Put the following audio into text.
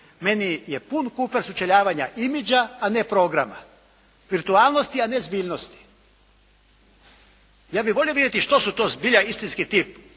Meni je pun kufer sučeljavanja imagea a ne programa, virtualnosti a ne zbiljnosti. Ja bi volio vidjeti što su to zbilja istinski tip